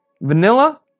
Vanilla